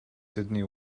sydney